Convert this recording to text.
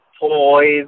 toys